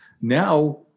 Now